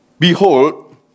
behold